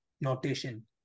notation